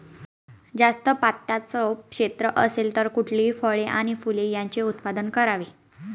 जास्त पात्याचं क्षेत्र असेल तर कुठली फळे आणि फूले यांचे उत्पादन करावे?